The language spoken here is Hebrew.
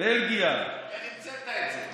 בלגיה, איך המצאת את זה?